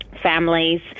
families